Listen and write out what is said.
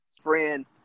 Friend